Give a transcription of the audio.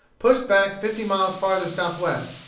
pushed back fifty miles farther southwest,